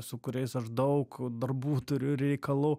su kuriais aš daug darbų turiu reikalų